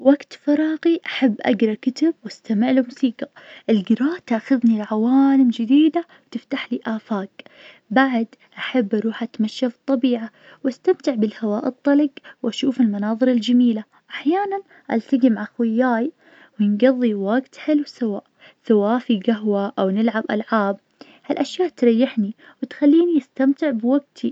وقت فراغي أحب أجرا كتب واستمع لموسيقى, الجراءة تأخذني لعوااالم جديدة, وتفتحلي آفاق, بعد أحب أروح اتمشى في الطبيعة واستمتع بالهواء الطلج, وأشوف المناظر الجميلة, واحيانا التجي مع خوياي ونقضي وقت حلو سوا, سواء في قهوة أو نلعب ألعاب, هالأشياء تريحني, وتخليني استمتع بوقتي.